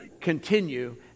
continue